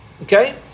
Okay